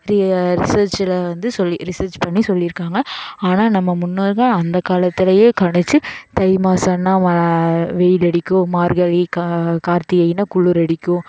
ரி ரிசர்சில் வந்து சொல்லி ரிசர்ச் பண்ணி சொல்லிருக்காங்க ஆனால் நம்ம முன்னோர்கள் அந்த காலத்துலேயே கணித்து தை மாதன்னா மழை வெயில் அடிக்கும் மார்கழி கார்த்திகைனா குளிர் அடிக்கும்